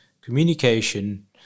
communication